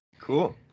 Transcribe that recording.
Cool